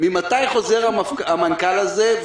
ממתי חוזר המנכ"ל הזה?